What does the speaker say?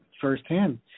firsthand